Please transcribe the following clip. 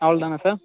அவ்வளோ தானா சார்